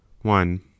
one